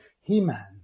He-Man